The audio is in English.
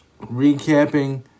recapping